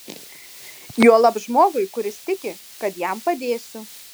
juolab žmogui kuris tiki kad jam padėsiu